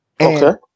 Okay